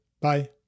Bye